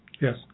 Yes